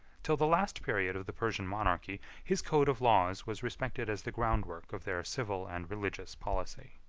till the last period of the persian monarchy, his code of laws was respected as the groundwork of their civil and religious policy.